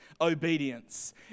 obedience